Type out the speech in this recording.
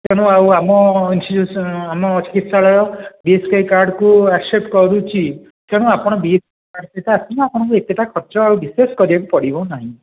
ତେଣୁ ଆଉ ଆମ ଇନ୍ସଟିଚ୍ୟୁସନ୍ ଆମ ଚିକିତ୍ସାଳୟ ବି ଏସ କେ ୱାଇ କାର୍ଡ଼କୁ ଆକ୍ସେପ୍ଟ୍ କରୁଛି ତେଣୁ ଆପଣ B S K Y card ସହିତ ଆସିଲେ ଆପଣଙ୍କୁ ଏତେଟା ଖର୍ଚ୍ଚ ଆଉ ବିଶେଷ କରିବାକୁ ପଡ଼ିବ ନାହିଁ